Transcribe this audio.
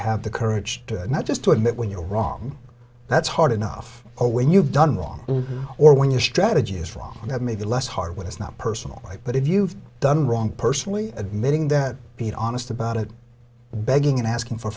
have the courage to not just to admit when you're wrong that's hard enough or when you've done wrong or when your strategy is wrong that may be less hard when it's not personal but if you've done wrong personally admitting that be honest about it begging and asking for